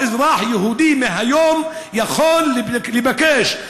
כל אזרח יהודי מהיום יכול לבקש,